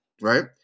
right